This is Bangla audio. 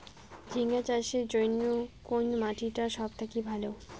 ঝিঙ্গা চাষের জইন্যে কুন মাটি টা সব থাকি ভালো?